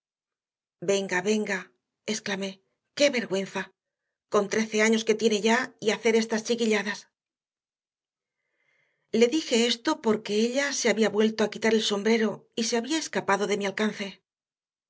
venga venga exclamé qué vergüenza con trece años que tiene ya y hacer estas chiquilladas le dije esto porque ella se había vuelto a quitar el sombrero y se había escapado de mi alcance